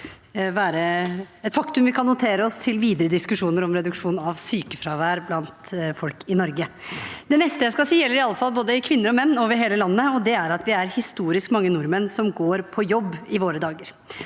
det være et faktum vi kan notere oss til videre diskusjoner om reduksjon av sykefravær blant folk i Norge. Det neste jeg skal si, gjelder iallfall både kvinner og menn over hele landet, og det er at det er historisk mange nordmenn som går på jobb i våre dager.